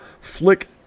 Flick